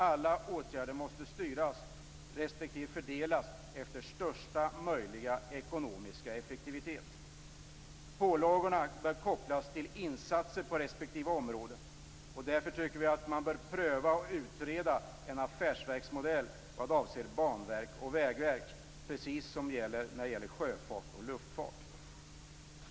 Alla åtgärder måste styras respektive fördelas efter största möjliga ekonomiska effektivitet. Pålagorna bör kopplas till insatser på respektive område. Därför tycker vi att man bör pröva och utreda en affärsverksmodell vad avser Banverket och Vägverket, precis som när det gäller sjöfart och luftfart.